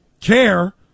CARE